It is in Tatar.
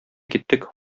киттек